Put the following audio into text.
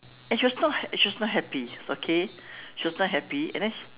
and she was not ha~ she was not happy okay she was not happy and then